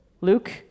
Luke